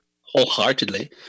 wholeheartedly